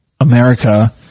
America